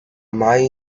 mai